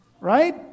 right